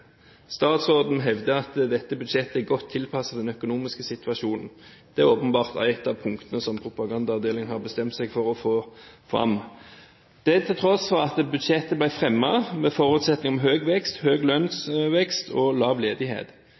statsråden hevder at dette budsjettet er godt tilpasset den økonomiske situasjonen. Det er åpenbart et av punktene som propagandaavdelingen har bestemt seg for å få fram – det til tross for at budsjettet ble fremmet under forutsetning av høy vekst, høy lønnsvekst og lav ledighet.